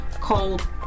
Cold